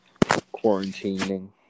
Quarantining